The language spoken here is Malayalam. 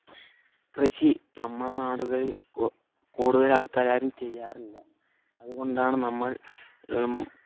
കൃഷി നമ്മുടെ നാടുകളിൽ കു കൂടുതൽ ആൾക്കാരാരും ചെയ്യാറില്ല അതുകൊണ്ടാണ് നമ്മൾ